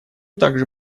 также